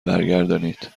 برگردانید